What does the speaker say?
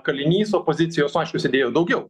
kalinys opozicijos aišku sėdėjo daugiau